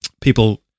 people